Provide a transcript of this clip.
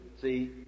see